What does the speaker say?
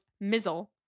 mizzle